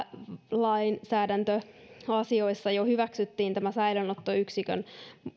lainsäädäntöasioissa jo hyväksyttiin säilöönottoyksikön